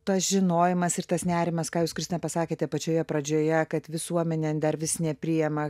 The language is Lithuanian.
tas žinojimas ir tas nerimas ką jūs kristina pasakėte pačioje pradžioje kad visuomenė dar vis nepriima